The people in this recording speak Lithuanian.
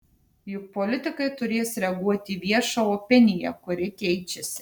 juk politikai turės reaguoti į viešą opiniją kuri keičiasi